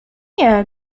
nie